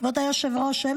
כבוד היושב-ראש,